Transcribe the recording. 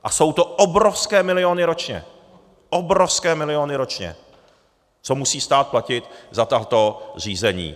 A jsou to obrovské miliony ročně, obrovské miliony ročně, co musí stát platit za tato řízení.